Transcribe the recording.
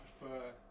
prefer